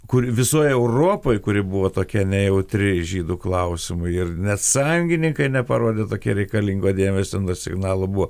kur visoj europoj kuri buvo tokia nejautri žydų klausimui ir net sąjungininkai neparodė tokio reikalingo dėmesio signalo buvo